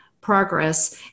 progress